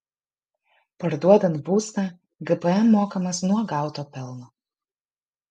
parduodant būstą gpm mokamas nuo gauto pelno